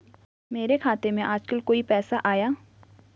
मेरे खाते में आजकल कोई पैसा आया?